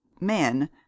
Men